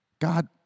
God